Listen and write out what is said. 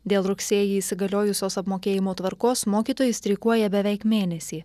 dėl rugsėjį įsigaliojusios apmokėjimo tvarkos mokytojai streikuoja beveik mėnesį